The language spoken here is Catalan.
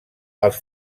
els